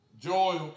Joy